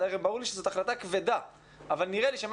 ברור לי שזאת החלטה כבדה אבל נראה לי שמה